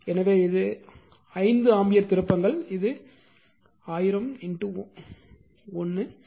எனவே இது 5 ஆம்பியர் திருப்பங்கள் இது 1000 1